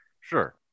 Sure